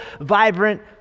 vibrant